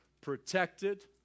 protected